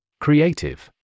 Creative